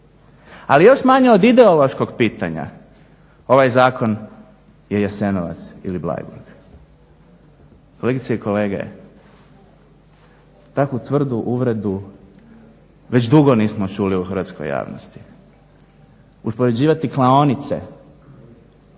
Ali još manje od ideološkog pitanja ovaj zakon je Jasenovac ili Bleiburg. Kolegice i kolege, takvu tvrdu uvredu već dugo nismo čuli u hrvatskoj javnosti. Uspoređivati klaonice,